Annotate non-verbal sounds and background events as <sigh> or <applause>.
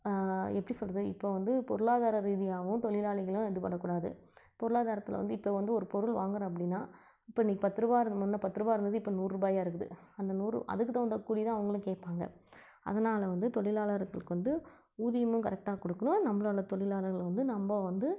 எப்படி சொல்லுறது இப்போ வந்து பொருளாதார ரீதியாகவும் தொழிலாளிகளும் இது படக்கூடாது பொருளாதாரத்தில் வந்து இப்போ வந்து ஒரு பொருள் வாங்குறோம் அப்படின்னா இப்போ இன்னைக்கு பத்துரூவா <unintelligible> பத்துரூவா இருந்தது இப்போ நூறுபாயாக இருக்குது அந்த நூறு அதுக்கு தகுந்த கூலி தான் அவங்களும் கேட்பாங்க அதனால் வந்து தொழிலாளர்களுக்கு வந்து ஊதியமும் கரெக்டாக கொடுக்கணும் நம்பளோட தொழிலாளர்களை வந்து நம்ப வந்து